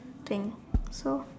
thing so